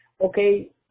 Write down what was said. okay